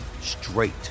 straight